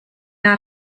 not